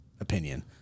opinion